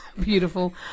Beautiful